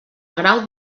grau